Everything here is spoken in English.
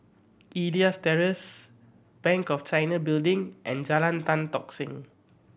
Elias Terrace Bank of China Building and Jalan Tan Tock Seng